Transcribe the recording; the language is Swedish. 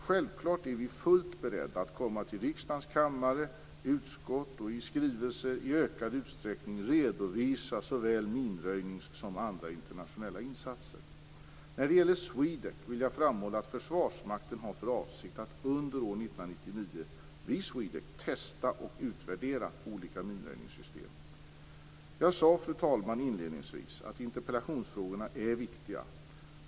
Självklart är vi fullt beredda att komma till riksdagens kammare och utskott och att med skrivelser i ökad utsträckning redovisa såväl minröjningsinsatser som andra internationella insatser. När det gäller SWEDEC vill jag framhålla att Försvarsmakten har för avsikt att under år 1999 vid SWEDEC testa och utvärdera olika minröjningssystem. Jag sade, fru talman, inledningsvis att interpellationsfrågorna är viktiga.